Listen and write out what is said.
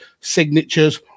signatures